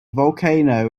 volcano